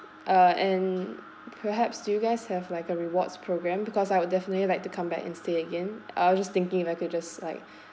uh and perhaps do you guys have like a rewards program because I would definitely like to come back and stay again uh I was just thinking I could just like